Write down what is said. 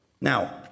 Now